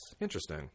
interesting